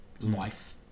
life